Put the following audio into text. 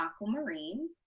aquamarine